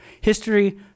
History